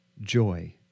joy